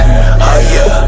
Higher